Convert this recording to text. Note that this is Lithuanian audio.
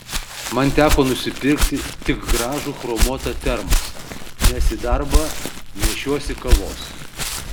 man teko nusipirkti tik gražų chromuotą termosą nes į darbą nešiuosi kavos